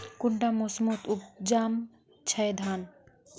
कुंडा मोसमोत उपजाम छै धान?